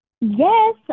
Yes